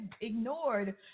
ignored